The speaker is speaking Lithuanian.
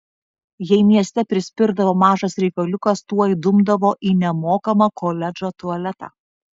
jei mieste prispirdavo mažas reikaliukas tuoj dumdavo į nemokamą koledžo tualetą